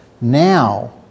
Now